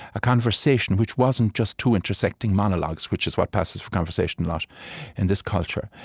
a conversation which wasn't just two intersecting monologues, which is what passes for conversation a lot in this culture?